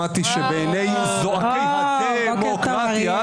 למדתי שבעיני זועקי הדמוקרטיה,